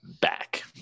back